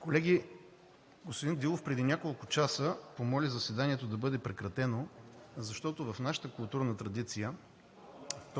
Колеги, господин Дилов преди няколко часа помоли заседанието да бъде прекратено, защото в нашата културна традиция в